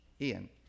Ian